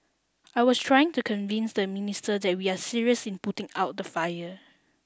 I was trying to convince the minister that we are serious in putting out the fire